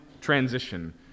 transition